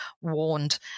warned